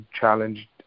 challenged